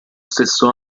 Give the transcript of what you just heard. stesso